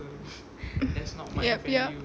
yup yup